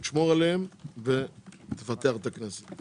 שמור עליהם ותפתח את הכנסת.